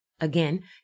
Again